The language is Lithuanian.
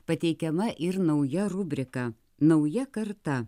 pateikiama ir nauja rubrika nauja karta